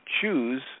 choose